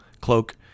cloak